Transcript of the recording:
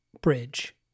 Bridge